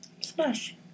Smash